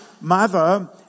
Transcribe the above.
mother